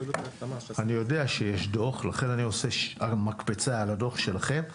אני יודע שיש דוח, לכן אני עושה מקפצה לדוח שלכם.